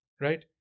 Right